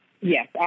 Yes